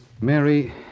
Mary